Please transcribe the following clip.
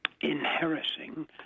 inheriting